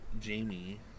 Jamie